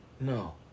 No